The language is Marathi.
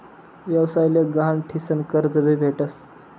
व्यवसाय ले गहाण ठीसन कर्ज भी भेटस